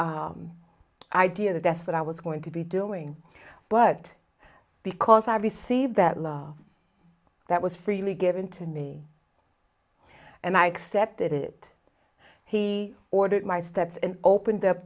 idea that that's what i was going to be doing but because i received that love that was freely given to me and i accepted it he ordered my steps and open